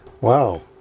wow